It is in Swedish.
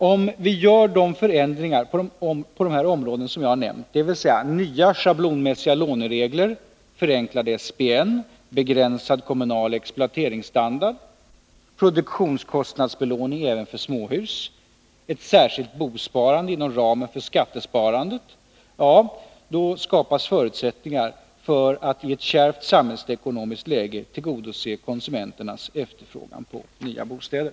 Om vi gör förändringar på de områden som jag har nämnt, dvs. inför nya schablonmässiga låneregler, förenklad SBN, begränsad kommunal exploateringsstandard, produktionskostnadsbelåning även för småhus, ett särskilt bosparande inom ramen för skattesparandet, ja, då skapas förutsättningar för att man i ett kärvt samhällsekonomiskt läge skall kunna tillgodose konsumenternas efterfrågan på nya bostäder.